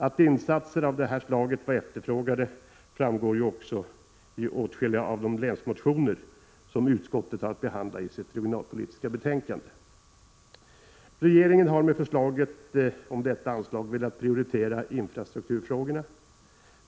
Att insatser av det här slaget var efterfrågade framgår ju också i åtskilliga av de länsmotioner som utskottet har att behandla i sitt regionalpolitiska betänkande. Regeringen har med förslaget om detta anslag velat prioritera infrastrukturfrågorna.